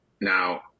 Now